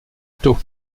tôt